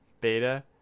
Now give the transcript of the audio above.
beta